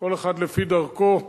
כל אחד לפי דרכו,